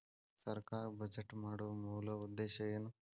ಸರ್ಕಾರ್ ಬಜೆಟ್ ಮಾಡೊ ಮೂಲ ಉದ್ದೇಶ್ ಏನು?